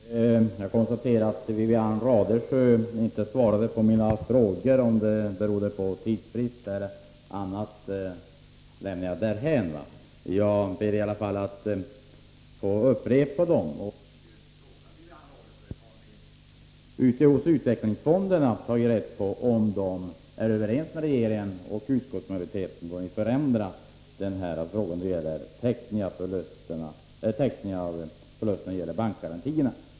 Herr talman! Jag konstaterar att Wivi-Anne Radesjö inte svarade på mina frågor. Om det berodde på tidsbrist eller annat lämnar jag därhän. Jag ber i alla fall att få upprepa dem. Har ni tagit reda på om man i utvecklingsfonderna är överens med regeringen och utskottsmajoriteten om att förändra täckningen av förlusterna när det gäller bankgarantierna?